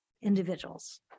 individuals